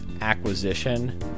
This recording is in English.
acquisition